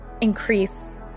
increase